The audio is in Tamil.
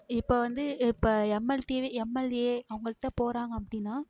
இப்போ வந்து இப்போ எம்எல்டியவே எம்எல்ஏ அவங்கள்ட்ட போகிறாங்க அப்படின்னா